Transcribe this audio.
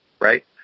right